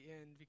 end